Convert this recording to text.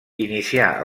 inicià